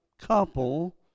couple